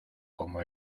como